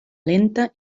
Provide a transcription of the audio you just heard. lenta